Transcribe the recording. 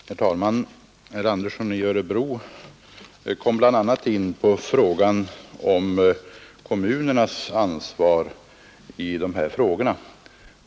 Herr talman! Herr Andersson i Örebro kom bland annat in på kommunernas ansvar i dessa frågor.